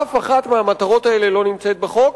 אף אחת מהמטרות האלה לא נמצאת בחוק,